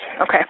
Okay